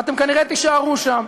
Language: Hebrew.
ואתם כנראה תישארו שם,